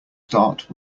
start